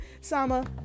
sama